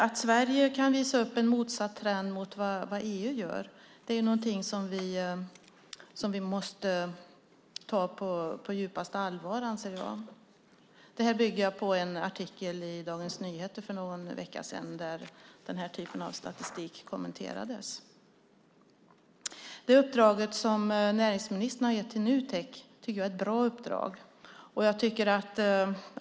Att Sverige kan visa upp en motsatt trend jämfört med EU är något som vi måste ta på djupaste allvar, anser jag. Det här bygger jag på en artikel i Dagens Nyheter för någon vecka sedan, då den där här typen av statistik kommenterades. Det uppdrag som näringsministern har gett till Nutek tycker jag är bra.